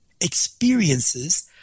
experiences